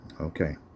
Okay